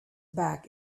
back